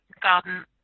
garden